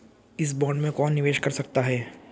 इस बॉन्ड में कौन निवेश कर सकता है?